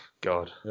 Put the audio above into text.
God